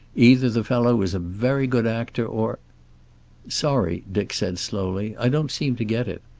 either the fellow was a very good actor, or sorry, dick said slowly. i don't seem to get it.